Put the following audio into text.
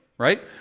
Right